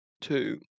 two